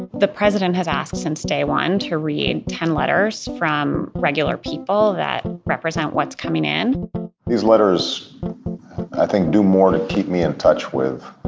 the president has asked since day one to read ten letters from regular people that represent what's coming in these letters i think do more to keep me in touch with